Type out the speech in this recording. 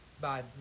Bye